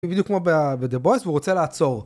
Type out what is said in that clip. ובדיוק כמו בדה בויס הוא רוצה לעצור